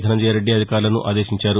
ధనంజయరెడ్డి అధికారులను ఆదేశించారు